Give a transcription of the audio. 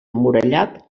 emmurallat